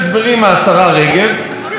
וענתה לו השרה רגב כך.